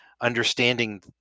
understanding